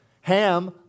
Ham